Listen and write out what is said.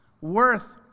worth